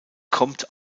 kommt